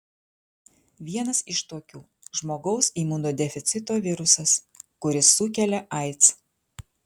vienas iš tokių žmogaus imunodeficito virusas kuris sukelia aids